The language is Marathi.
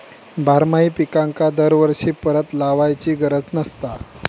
बारमाही पिकांका दरवर्षी परत लावायची गरज नसता